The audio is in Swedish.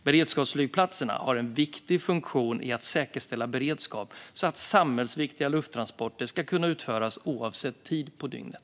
Beredskapsflygplatserna har en viktig funktion i att säkerställa beredskap för att samhällsviktiga lufttransporter ska kunna utföras oavsett tid på dygnet.